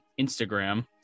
Instagram